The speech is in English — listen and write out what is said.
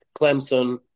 Clemson